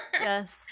Yes